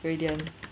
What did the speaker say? gradient